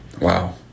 Wow